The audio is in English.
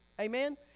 Amen